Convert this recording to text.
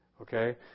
Okay